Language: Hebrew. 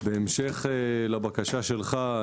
בהמשך לבקשה שלך,